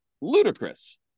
ludicrous